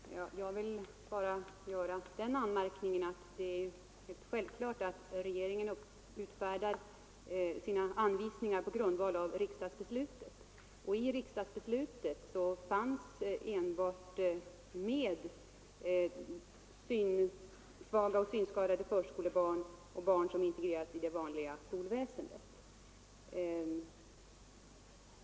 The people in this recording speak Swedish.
Fru talman! Jag vill bara göra den anmärkningen att det är självklart att regeringen utfärdat sina anvisningar på grundval av riksdagsbeslutet, och i riksdagsbeslutet fanns enbart passusen om synskadade förskolebarn och synskadade barn som integrerats i det vanliga skolväsendet.